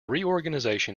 reorganization